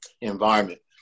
environment